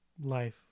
Life